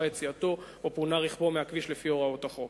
יציאתו או פונה רכבו מהכביש לפי הוראות החוק.